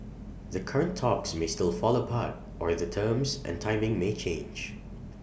the current talks may still fall apart or the terms and timing may change